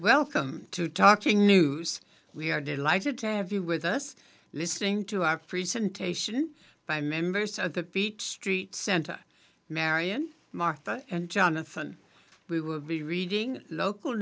welcome to talking news we are delighted to have you with us listening to our presentation by members of the beat street center marion martha and jonathan we will be reading local